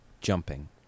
jumping